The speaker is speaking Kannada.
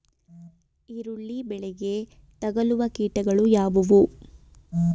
ಈರುಳ್ಳಿ ಬೆಳೆಗೆ ತಗಲುವ ಕೀಟಗಳು ಯಾವುವು?